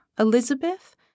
Elizabeth